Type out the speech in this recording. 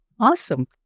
Awesome